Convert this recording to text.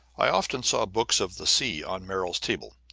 i often saw books of the sea on merrill's table,